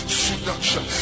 seduction